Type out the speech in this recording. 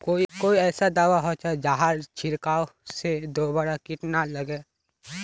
कोई ऐसा दवा होचे जहार छीरकाओ से दोबारा किट ना लगे?